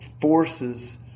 forces